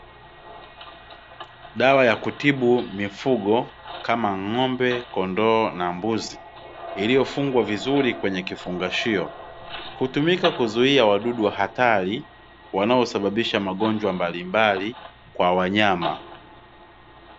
Dawa ya kutibu mifugo kama: ng'ombe, kondoo na mbuzi; iliyofungwa vizuri kwenye kifungashio. Hutumika kuzuia wadudu wa hatari wanaosababisha magonjwa mbalimbali kwa wanyama.